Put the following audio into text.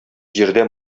җирдә